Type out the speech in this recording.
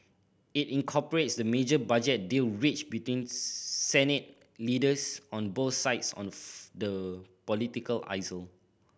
it incorporates the major budget deal reached between Senate leaders on both sides on the the political aisle